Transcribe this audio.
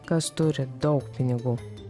kas turi daug pinigų